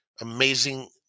amazing